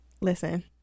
Listen